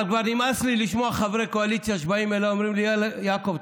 אבל כבר נמאס לי לשמוע חברי קואליציה שבאים אליי ואומרים לי: יעקב,